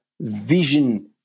vision